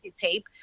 tape